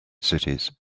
cities